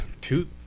two